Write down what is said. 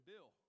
Bill